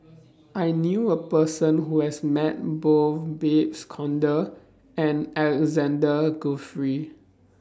I knew A Person Who has Met Both Babes Conde and Alexander Guthrie